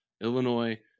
Illinois